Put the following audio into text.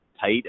tight